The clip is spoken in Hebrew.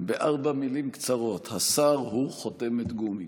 בארבע מילים קצרות: השר הוא חותמת גומי.